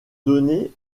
donner